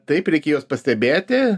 taip reikėjo pastebėti